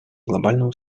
глобальному